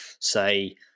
say